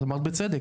אמרת בצדק,